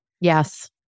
Yes